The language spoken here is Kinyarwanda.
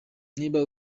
niba